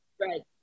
Right